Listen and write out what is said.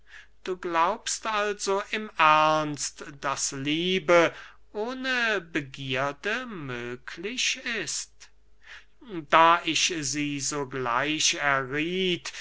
du glaubst also im ernst daß liebe ohne begierde möglich ist da ich sie sogleich errieth